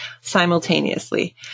Simultaneously